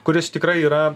kuris tikrai yra